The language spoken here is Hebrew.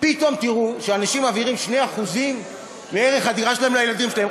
פתאום תראו שאנשים מעבירים 2% מערך הדירה שלהם לילדים שלהם.